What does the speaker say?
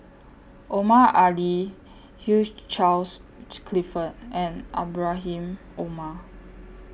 Omar Ali Hugh Charles Clifford and Ibrahim Omar